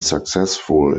successful